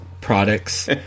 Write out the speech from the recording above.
products